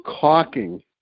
caulking